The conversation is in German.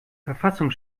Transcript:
verfassung